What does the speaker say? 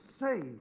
Say